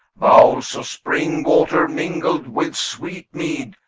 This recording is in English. bowls of spring water mingled with sweet mead.